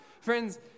Friends